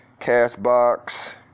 Castbox